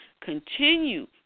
Continue